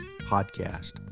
podcast